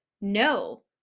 No